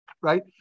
right